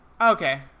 Okay